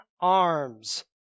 arms